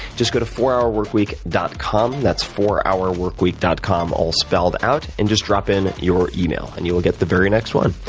just go to fourhourworkweek dot com. that's fourhourworkweek dot com, all spelled out, and just drop in your email, and you will get the very next one.